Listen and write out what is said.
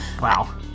Wow